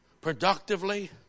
productively